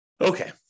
Okay